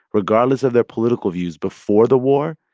regardless of their political views before the war,